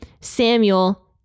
Samuel